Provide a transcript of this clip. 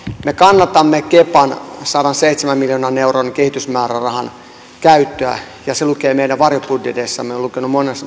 me kannatamme kepan sadanseitsemän miljoonan euron kehitysmäärärahan käyttöä ja se lukee meidän varjobudjeteissamme on lukenut monena vuotena